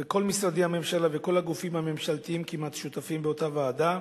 וכל משרדי הממשלה וכל הגופים הממשלתיים כמעט שותפים באותה ועדה.